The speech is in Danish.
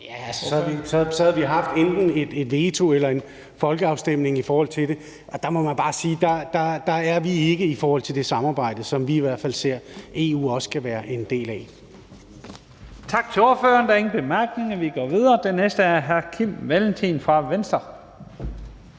Ja, så havde vi jo haft enten et veto eller en folkeafstemning i forhold til det. Og der må man bare sige at vi ikke er i forhold til det samarbejde, som vi i hvert fald også ser at EU kan være en del af. Kl. 17:54 Første næstformand (Leif Lahn Jensen): Tak til ordføreren. Der er ingen korte bemærkninger. Vi går videre, og den næste er hr. Kim Valentin fra Venstre.